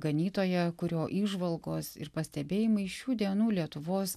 ganytoją kurio įžvalgos pastebėjimai šių dienų lietuvos